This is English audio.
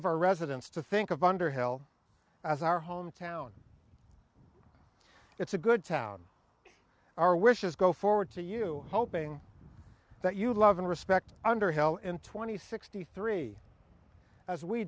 of our residents to think of underhill as our home town it's a good town our wishes go forward to you hoping that you love and respect underhill in twenty sixty three as we